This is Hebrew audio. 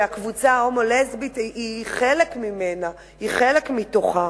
שהקבוצה ההומו-לסבית היא חלק ממנה, היא חלק מתוכה.